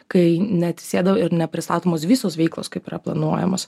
kai neatsisėdo ir nepristatomos visos veiklos kaip yra planuojamos